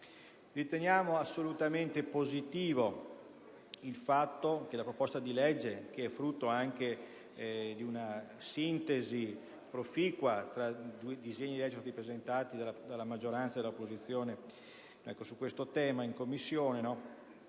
Riteniamo assolutamente positivo il fatto che la proposta di legge, che è frutto anche di una sintesi proficua tra i due disegni di legge presentati dalla maggioranza e dall'opposizione su questo tema in Commissione,